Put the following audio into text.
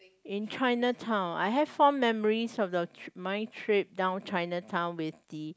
in Chinatown I had form memories of the mind trip down Chinatown with the